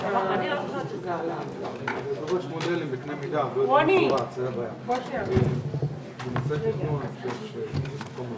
תקציביים לרשויות כדי שהבעיה הזאת תיפתר מהשורש ולא רק בעת הצפה.